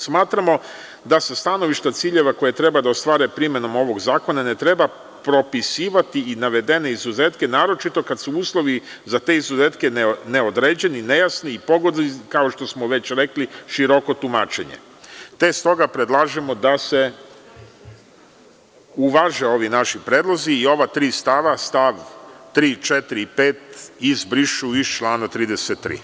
Smatramo da sa stanovišta ciljeva koji treba da ostvare primenom ovog zakona ne treba propisivati i navedene izuzetke naročito kada su uslovi za te izuzetke neodređeni, nejasni i pogodni kao što smo već rekli široko tumačenje, te s toga predlažemo da se uvaže ovi naši predlozi i ova tri stava, stav 3, 4. i 5. izbrišu iz člana 33.